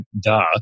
Duh